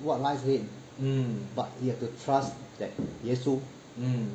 what lies ahead but you have to trust that 耶稣